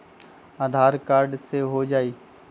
आधार card से हो जाइ?